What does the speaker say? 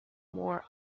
more